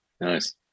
nice